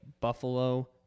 Buffalo